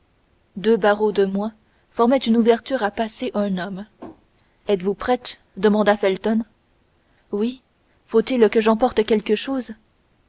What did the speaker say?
deux barreaux de moins formaient une ouverture à passer un homme êtes-vous prête demanda felton oui faut-il que j'emporte quelque chose